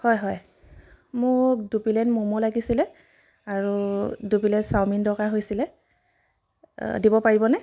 হয় হয় মোক দুপিলেট মমো লাগিছিলে আৰু দুপিলেট চাওমিন দৰকাৰ হৈছিলে দিব পাৰিবনে